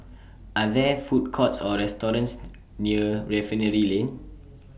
Are There Food Courts Or restaurants near Refinery Lane